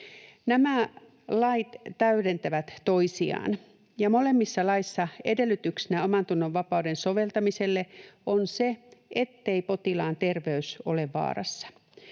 Nämä lait täydentävät toisiaan, ja molemmissa laeissa edellytyksenä omantunnon vapauden soveltamiselle on se, ettei potilaan terveys ole vaarassa.